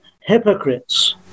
hypocrites